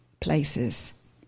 places